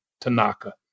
Tanaka